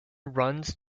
runs